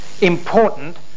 important